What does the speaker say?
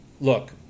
Look